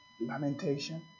Lamentation